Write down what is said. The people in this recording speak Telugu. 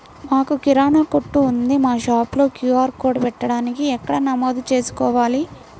మాకు కిరాణా కొట్టు ఉంది మా షాప్లో క్యూ.ఆర్ కోడ్ పెట్టడానికి ఎక్కడ నమోదు చేసుకోవాలీ?